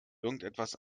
irgendetwas